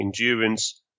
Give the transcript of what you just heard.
endurance